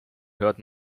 hört